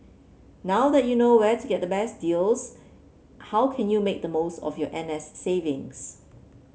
now that you know where to get the best deals how can you make the most of your N S savings